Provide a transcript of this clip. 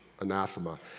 anathema